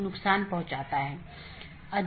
इसलिए पथ को परिभाषित करना होगा